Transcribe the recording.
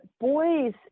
boys